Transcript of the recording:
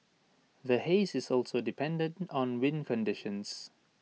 the haze is also dependent on wind conditions